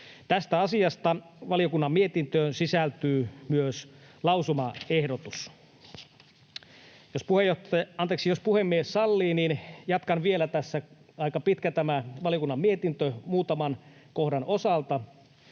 Tästä asiasta valiokunnan mietintöön sisältyy myös lausumaehdotus. Jos puhemies sallii, niin jatkan vielä tässä — aika pitkä tämä valiokunnan mietintö — muutaman kohdan osalta.